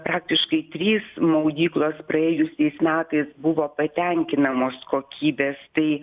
praktiškai trys maudyklos praėjusiais metais buvo patenkinamos kokybės tai